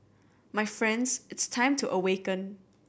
my friends it's time to awaken